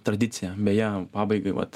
tradicija beje pabaigai vat